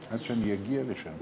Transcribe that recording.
בעד, 8, יחד עם